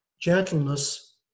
gentleness